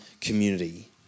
community